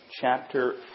chapter